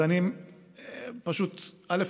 אז אני רוצה פשוט א.